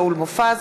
שאול מופז,